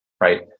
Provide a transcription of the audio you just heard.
Right